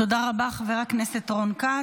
תודה רבה, חבר הכנסת רון כץ.